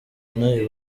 ibahe